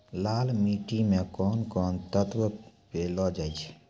लाल मिट्टी मे कोंन कोंन तत्व पैलो जाय छै?